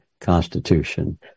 constitution